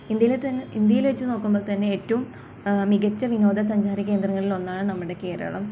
ഇന്ത്യയിൽ തന്നെ ഇന്ത്യയിൽ വെച്ചു നോക്കുമ്പോൾ തന്നെ ഏറ്റവും മികച്ച വിനോദസഞ്ചാര കേന്ദ്രങ്ങളിൽ ഒന്നാണ് നമ്മുടെ കേരളം